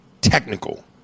technical